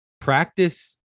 practice